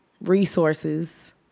resources